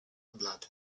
blood